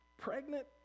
pregnant